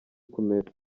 kumera